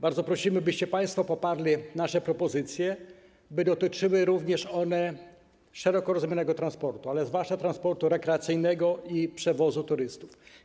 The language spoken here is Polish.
Bardzo prosimy, byście państwo poparli nasze propozycje, tak by przepisy dotyczyły również szeroko rozumianego transportu, zwłaszcza transportu rekreacyjnego i przewozu turystów.